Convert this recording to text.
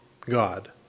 God